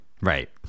Right